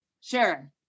Sure